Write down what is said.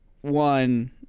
one